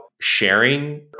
sharing